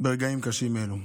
ברגעים קשים אלו.